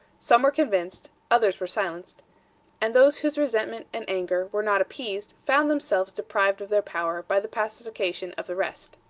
some were convinced, others were silenced and those whose resentment and anger were not appeased, found themselves deprived of their power by the pacification of the rest.